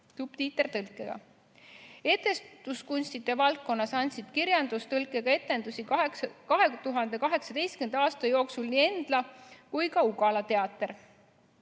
Etenduskunstide valdkonnas andsid kirjandustõlkega etendusi 2018. aasta jooksul nii Endla kui ka Ugala teater.